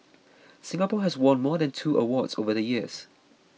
Singapore has won more than two awards over the years